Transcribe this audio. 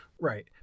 Right